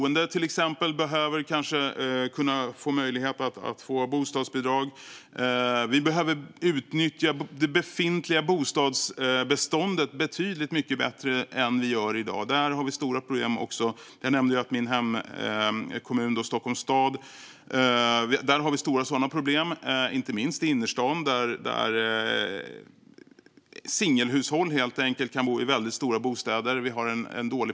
Exempelvis behöver kanske inneboende få söka bostadsbidrag. Man behöver utnyttja det befintliga bostadsbeståndet betydligt mycket bättre än man gör i dag. Där finns stora problem. Jag nämnde min hemkommun, Stockholms stad. Där har vi stora problem av detta slag. Det gäller inte minst i innerstaden. Där bor en del singelhushåll i väldigt stora bostäder.